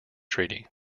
treaty